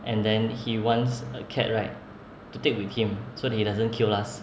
and then he wants a cat right to take with him so that he doesn't kill us